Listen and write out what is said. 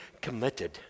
committed